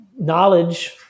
knowledge